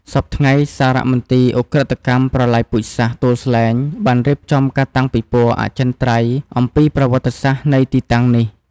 សព្វថ្ងៃ សារមន្ទីរឧក្រិដ្ឋកម្មប្រល័យពូជសាសន៍ទួលស្លែង បានរៀបចំការតាំងពិព័រណ៍អចិន្ត្រៃយ៍អំពីប្រវត្តិសាស្ត្រនៃទីតាំងនេះ។